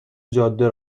جاده